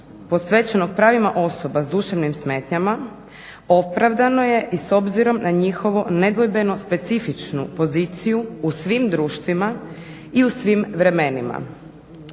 posvećenog pravima osoba s duševnim smetnjama opravdano je i s obzirom na njihovo nedvojbeno specifičnu poziciju u svim društvima i u svim vremenima.